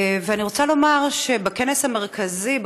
אני רוצה לומר שבכנס המרכזי,